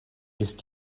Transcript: ist